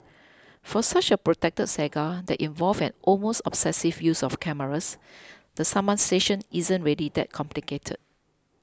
for such a protracted saga that involved an almost obsessive use of cameras the summation isn't really that complicated